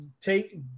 take